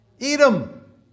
Edom